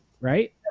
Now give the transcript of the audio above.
right